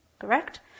Correct